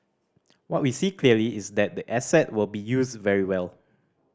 what we see clearly is that the asset will be used very well